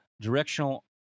Directional